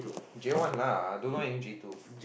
J one lah I don't know any J two